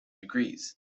degrees